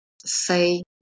say